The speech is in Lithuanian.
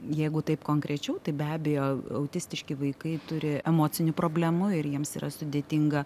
jeigu taip konkrečiau tai be abejo autistiški vaikai turi emocinių problemų ir jiems yra sudėtinga